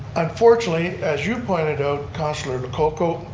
unfortunately, as you pointed out, councilor lococo,